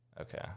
Okay